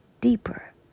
deeper